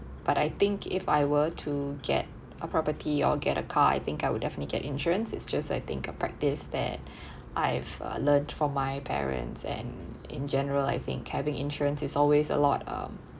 but I think if I were to get a property or get a car I think I will definitely get insurance it's just I think a practice that I've uh learnt from my parents and in general I think having insurance is always a lot um